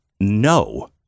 no